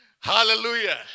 Hallelujah